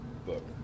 book